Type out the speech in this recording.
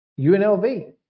UNLV